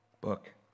book